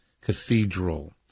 cathedral